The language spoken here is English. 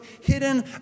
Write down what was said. hidden